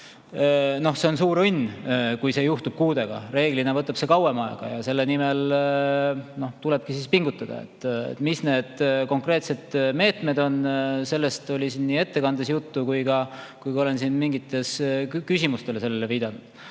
– on suur õnn, kui see juhtub kuudega. Reeglina võtab see kauem aega ja selle nimel tuleb pingutada. Mis need konkreetsed meetmed on, sellest oli siin ettekandes juttu ja olen ka mingitele küsimustele vastates sellele viidanud.